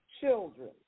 children